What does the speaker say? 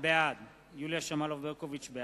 בעד ליה שמטוב,